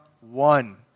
one